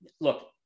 look